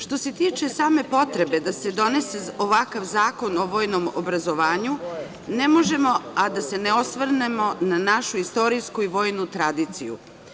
Što se tiče same potrebe da se donese ovakav Zakon o vojnom obrazovanju, ne možemo a da se ne osvrnemo na našu istorijsku i vojnu tradiciju.